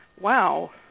Wow